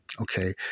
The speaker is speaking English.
okay